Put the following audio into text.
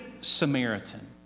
Samaritan